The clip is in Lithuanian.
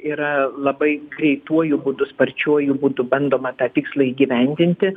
yra labai greituoju būdu sparčiuoju būdu bandoma tą tikslą įgyvendinti